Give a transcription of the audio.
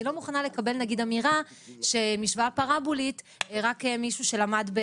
אני לא מוכנה לקבל נגיד אמירה שמשוואה פרבולית רק מישהו שלמד,